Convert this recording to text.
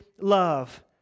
love